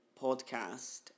podcast